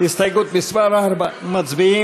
הסתייגות מס' 4, מצביעים?